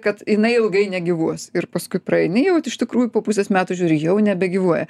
kad jinai ilgai negyvuos ir paskui praeini jau vat iš tikrųjų po pusės metų žiūri jau nebegyvuoja